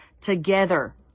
together